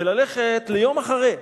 וללכת ליום אחרי,